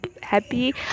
happy